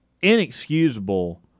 inexcusable